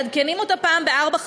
מעדכנים אותה פעם בארבע,